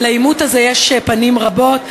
לעימות הזה יש פנים רבות.